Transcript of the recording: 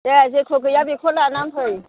दे जेखौ गैया बेखौ लानानै फै